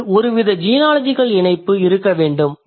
இங்கு ஒருவித ஜீனாலஜிகல் இணைப்பு இருக்க வேண்டும்